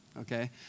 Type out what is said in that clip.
Okay